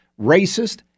racist